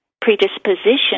predisposition